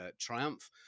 Triumph